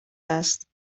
است